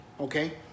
okay